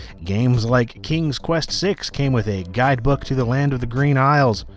games like king's quest six came with a guidebook to the land of the green isles.